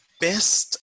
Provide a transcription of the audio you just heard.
best